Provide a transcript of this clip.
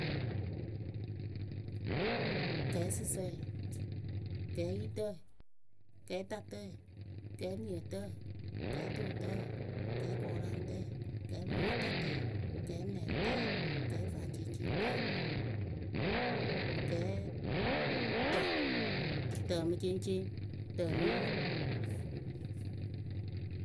Kɛɛsɨsǝŋyǝ, kɛɛyitǝɛ, kɛɛtatayǝ kɛɛniǝtǝyǝ, kɛɛtʊtǝyǝ, kɛɛkʊʊraŋtǝyǝ, kɛɛpɨrɩmatatǝyǝ, kɛɛnɛŋtǝyǝ, kɛɛfaŋceŋceŋtǝyǝ, kɛɛtǝ tǝ mǝ ceŋceŋ, tǝ mǝ yi.